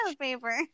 paper